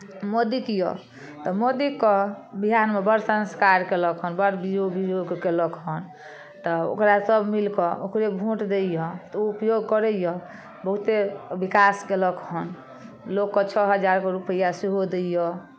मोदीक यए तऽ मोदीके बिहारमे बड़ संस्कार कयलक हन बड़ बीरो बीरोके कयलक हन तऽ ओकरा सभ मिलि कऽ ओकरे भोट दैए तऽ ओ उपयोग करैए बहुते विकास कयलक हन लोककेँ छओ हजारके रुपैआ सेहो दैए